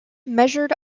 measured